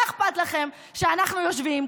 מה אכפת לכם שאנחנו יושבים,